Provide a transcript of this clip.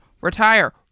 retire